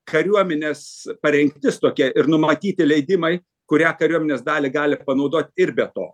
kariuominės parengtis tokia ir numatyti leidimai kurią kariuomenės dalį gali panaudot ir be to